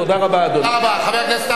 תודה רבה, אדוני.